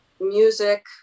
music